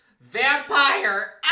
vampire